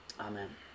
Amen